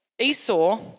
Esau